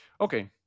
Okay